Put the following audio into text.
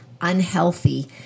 unhealthy